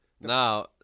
Now